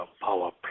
power